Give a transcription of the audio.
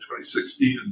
2016